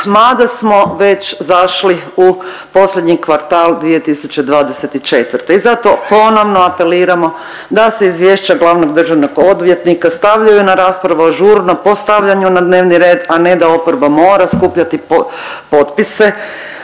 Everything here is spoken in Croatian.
mada smo već zašli u posljednji kvartal 2024. i zato ponovno apeliramo da se izvješća glavnog državnog odvjetnika stavljaju na raspravu ažurno po stavljanju na dnevni red, a ne da oporba mora skupljati potpise